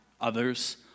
others